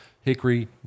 Hickory